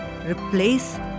Replace